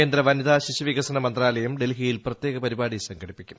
കേന്ദ്ര വനിതാ ശിശു വികസന മന്ത്രാ്ലയം ഡൽഹിയിൽ പ്രത്യേക പരിപാടി സംഘടിപ്പിക്കും